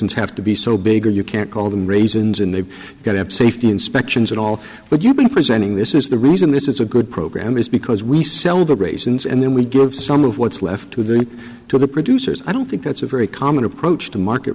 reasons have to be so big that you can't call them raisins and they've got em safety inspections and all but you've been presenting this is the reason this is a good program is because we sell the raisins and then we give some of what's left to them to the producers i don't think that's a very common approach to market